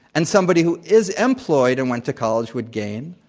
and somebody who is employed and went to college would gain.